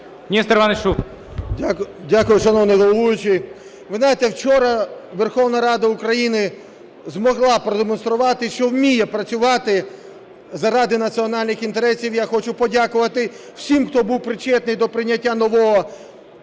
Дякую, шановний головуючий. Ви знаєте, вчора Верховна Рада України змогла продемонструвати, що вміє працювати заради національних інтересів. Я хочу подякувати всім, хто був причетний до прийняття нового